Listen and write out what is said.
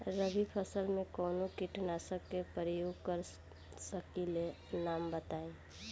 रबी फसल में कवनो कीटनाशक के परयोग कर सकी ला नाम बताईं?